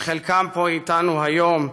שחלקם פה איתנו היום,